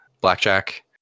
blackjack